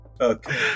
okay